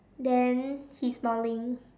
then he's smiling